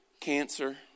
Cancer